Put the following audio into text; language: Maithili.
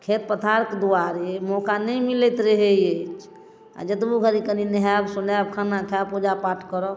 खेत पथारके दुआरे मौका नै मिलैत रहए अइछ आ जेतबो घड़ी कनि नहायब सोनायब खाना खायब पूजा पाठ करब